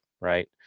right